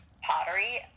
pottery